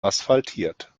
asphaltiert